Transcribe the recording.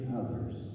others